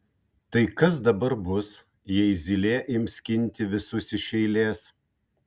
tai kas dabar bus jei zylė ims skinti visus iš eilės